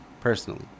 personally